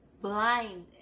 Blind